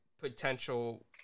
potential